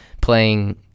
playing